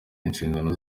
inshingano